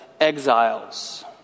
exiles